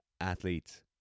athletes